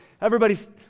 everybody's